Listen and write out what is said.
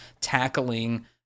tackling